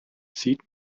sieht